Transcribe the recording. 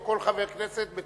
או כל חבר כנסת,